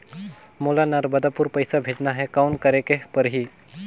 मोला नर्मदापुर पइसा भेजना हैं, कौन करेके परही?